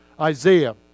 Isaiah